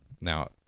Now